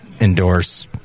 endorse